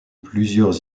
plusieurs